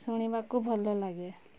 ଶୁଣିବାକୁ ଭଲ ଲାଗେ